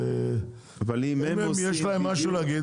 אבל אם יש להם משהו להגיד,